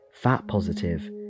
fat-positive